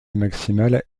maximale